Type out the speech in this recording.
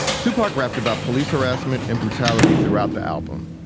tupac rapped about police harassment and brutality throughout the album.